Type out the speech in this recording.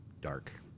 dark